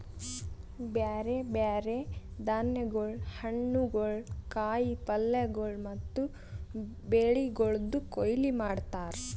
ಬ್ಯಾರೆ ಬ್ಯಾರೆ ಧಾನ್ಯಗೊಳ್, ಹಣ್ಣುಗೊಳ್, ಕಾಯಿ ಪಲ್ಯಗೊಳ್ ಮತ್ತ ಬೆಳಿಗೊಳ್ದು ಕೊಯ್ಲಿ ಮಾಡ್ತಾರ್